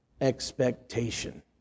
Expectation